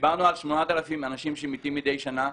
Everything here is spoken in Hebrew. דיברנו על 8,000 אנשים שמתים מידי שנה.